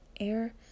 air